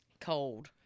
Cold